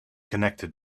connected